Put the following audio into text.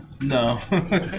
No